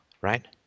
right